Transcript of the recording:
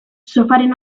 sofaren